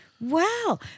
Wow